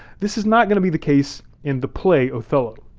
this is not gonna be the case in the play othello